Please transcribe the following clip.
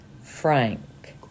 Frank